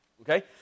Okay